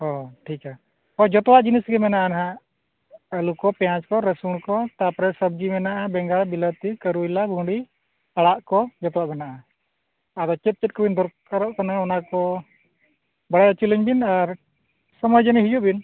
ᱦᱮᱸ ᱴᱷᱤᱠ ᱜᱮᱭᱟ ᱦᱳᱭ ᱡᱚᱛᱚᱣᱟᱜ ᱡᱤᱱᱤᱥ ᱜᱮ ᱢᱮᱱᱟᱜᱼᱟ ᱦᱟᱸᱜ ᱟᱹᱞᱩ ᱠᱚ ᱯᱮᱸᱭᱟᱡᱽ ᱠᱚ ᱨᱟᱹᱥᱩᱱ ᱠᱚ ᱛᱟᱨᱯᱚᱨᱮ ᱥᱚᱵᱽᱡᱤ ᱢᱮᱱᱟᱜᱼᱟ ᱵᱮᱸᱜᱟᱲ ᱵᱤᱞᱟᱹᱛᱤ ᱠᱚᱨᱚᱭᱞᱟ ᱵᱷᱮᱰᱤ ᱟᱲᱟᱜ ᱠᱚ ᱡᱚᱛᱚ ᱢᱮᱱᱟᱜᱼᱟ ᱟᱫᱚ ᱪᱮᱫ ᱪᱮᱫ ᱠᱚᱵᱤᱱ ᱫᱚᱨᱠᱟᱨᱚᱜ ᱠᱟᱱᱟ ᱚᱱᱟ ᱠᱚ ᱵᱟᱲᱟᱭ ᱦᱚᱪᱚ ᱞᱤᱧ ᱵᱤᱱ ᱟᱨ ᱥᱚᱢᱚᱭ ᱡᱟᱹᱱᱤᱡ ᱦᱤᱡᱩᱜ ᱵᱤᱱ